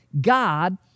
God